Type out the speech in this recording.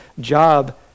job